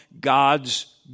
God's